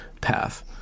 path